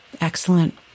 Excellent